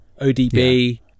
odb